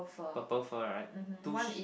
purple fur right two sheep